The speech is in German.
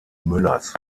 müllers